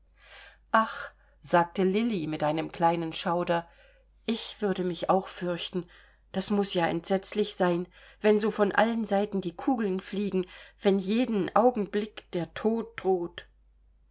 ach sagte lilli mit einem kleinen schauder ich würde mich auch fürchten das muß ja entsetzlich sein wenn so von allen seiten die kugeln fliegen wenn jeden augenblick der tod droht